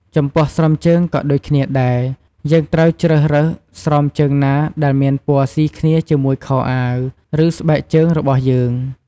ចំពោះស្រោមជើងក៏ដូចគ្នាដែរយើងត្រូវជ្រើសរើសស្រោមជើងណាដែលមានពណ៌ស៊ីគ្នាជាមួយខោអាវ ឬស្បែកជើងរបស់យើង។